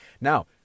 Now